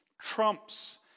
trumps